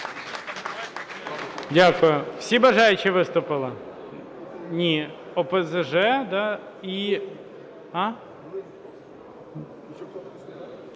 Дякую. Всі бажаючі виступили? Ні, ОПЗЖ